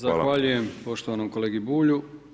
Zahvaljujem poštovanom kolegi Bulju.